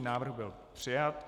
Návrh byl přijat.